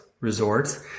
resorts